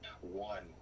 one